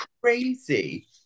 crazy